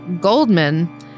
Goldman